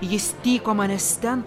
jis tyko manęs ten